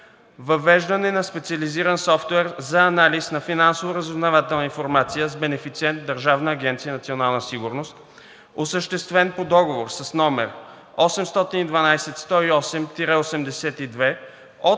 „Въвеждане на специализиран софтуер за анализ на финансово разузнавателна информация“ с бенефициент Държавна агенция „Национална сигурност“, осъществен по Договор с № 812108-82 от